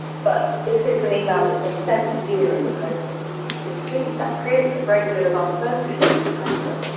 but if it's an email that has been sent to you as opposed to simply cced, that creates a great deal of uncertainty in the sender.